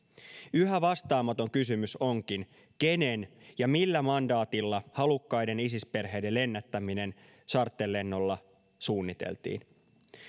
yhä vastaamaton kysymys onkin kenen ja millä mandaatilla halukkaiden isis perheiden lennättäminen charterlennolla suunniteltiin